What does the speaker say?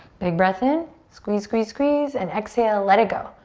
big breath in. squeeze, squeeze, squeeze and exhale, let it go.